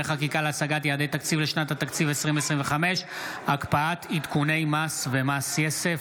חקיקה להשגת יעדי התקציב לשנת התקציב 2025) (הקפאת עדכוני מס ומס יסף),